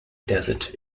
desert